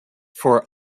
for